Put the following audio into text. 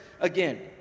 again